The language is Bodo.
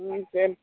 दोन